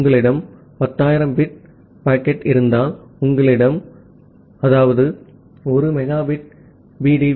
உங்களிடம் 10000 bit 10000 bit packet இருந்தால் அதாவது 1 மெகாபிட் பி